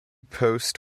post